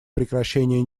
прекращения